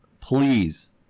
please